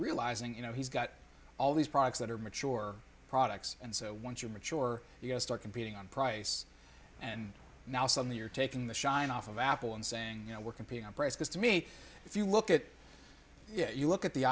realizing you know he's got all these products that are mature products and so once you mature you know start competing on price and now suddenly you're taking the shine off of apple and saying you know we're competing on price because to me if you look at you look at the